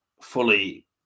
fully